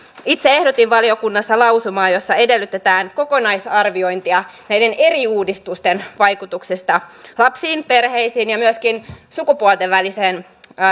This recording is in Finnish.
itse ehdotin valiokunnassa lausumaa jossa edellytetään kokonaisarviointia näiden eri uudistusten vaikutuksista lapsiin perheisiin ja myöskin sukupuolten väliseen